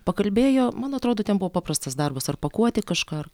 pakalbėjo man atrodo ten buvo paprastas darbas ar pakuoti kažką ar